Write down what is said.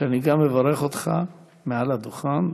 גם אני מברך אותך, מעל הדוכן,